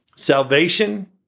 Salvation